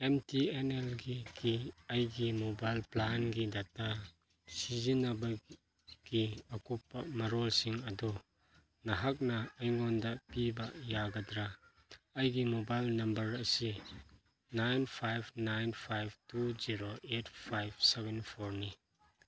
M T N ꯑꯦꯜꯒꯤ ꯑꯩꯒꯤ mobile ꯄ꯭ꯂꯥꯟꯒꯤ ꯗꯇꯥ ꯁꯤꯖꯤꯟꯅꯕꯒꯤ ꯑꯀꯨꯞꯄ ꯃꯔꯣꯜꯁꯤꯡ ꯑꯗꯨ ꯅꯍꯥꯛꯅ ꯑꯩꯉꯣꯟꯗ ꯄꯤꯕ ꯌꯥꯒꯗ꯭ꯔꯥ ꯑꯩꯒꯤ ꯃꯣꯕꯥꯏꯜ ꯅꯝꯕꯔ ꯑꯁꯤ nine five nine five two zero eight five seven ꯐꯣꯔꯅꯤ